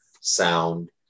sound